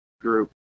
group